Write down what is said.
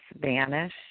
vanish